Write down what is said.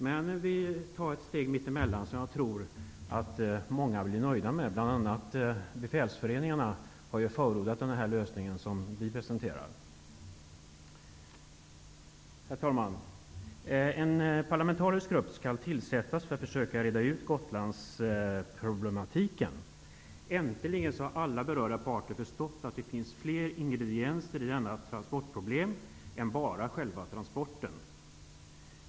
Men vi går en medelväg som jag tror att många blir nöjda med. Bland annat har befälsföreningarna förordat den lösning som vi har presenterat. Herr talman! En parlamentarisk grupp skall tillsättas för att försöka reda ut Gotlandsproblematiken. Äntligen har alla berörda parter förstått att det finns fler ingredienser i denna transportproblematik än bara transporterna som sådana.